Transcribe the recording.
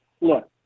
look